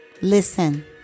listen